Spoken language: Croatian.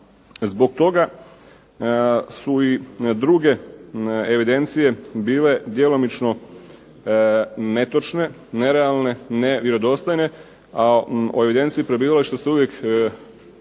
Zbog toga su i druge evidencije bile djelomično netočne, nerealne, nevjerodostojne, a o evidenciji prebivališta se uvijek najviše